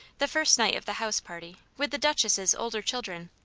the first night of the house party, with the duchess's older children,